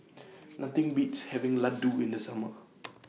Nothing Beats having Laddu in The Summer